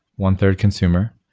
one-third consumer.